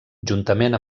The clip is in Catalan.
juntament